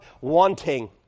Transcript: wanting